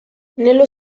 nello